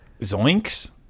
zoinks